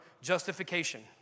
justification